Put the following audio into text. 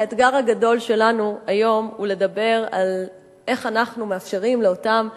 האתגר הגדול שלנו היום הוא לדבר על איך אנחנו מאפשרים לאותן ערים,